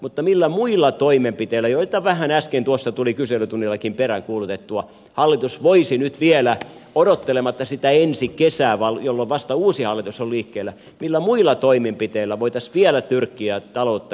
mutta millä muilla toimenpiteillä joita vähän äsken tuossa tuli kyselytunnillakin peräänkuulutettua hallitus voisi nyt vielä odottelematta sitä ensi kesää jolloin vasta uusi hallitus on liikkeellä millä muilla toimenpiteillä voitas vielä tyrkkiä taloutta kasvuun